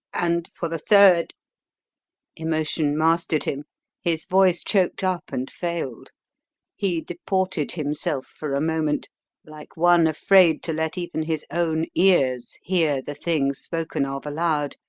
and, for the third emotion mastered him his voice choked up and failed he deported himself for a moment like one afraid to let even his own ears hear the thing spoken of aloud,